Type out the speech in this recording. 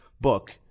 book